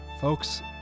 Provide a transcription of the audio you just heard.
Folks